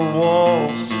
walls